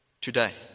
today